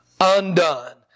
undone